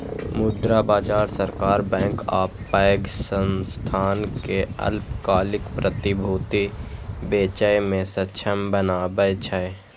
मुद्रा बाजार सरकार, बैंक आ पैघ संस्थान कें अल्पकालिक प्रतिभूति बेचय मे सक्षम बनबै छै